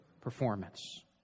performance